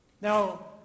Now